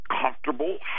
comfortable